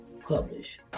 publish